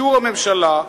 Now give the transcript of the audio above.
באישור הממשלה,